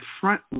front